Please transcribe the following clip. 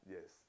Yes